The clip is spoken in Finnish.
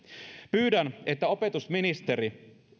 pyydän että opetusministeri